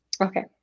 Okay